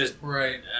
Right